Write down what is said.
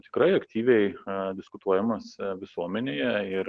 tikrai aktyviai diskutuojamas visuomenėje ir